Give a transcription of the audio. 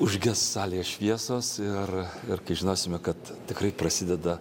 užges salėje šviesos ir ir kai žinosime kad tikrai prasideda